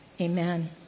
Amen